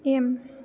M